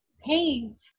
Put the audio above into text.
paint